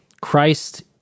Christ